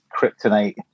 kryptonite